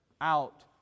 out